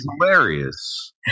hilarious